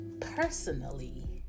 Personally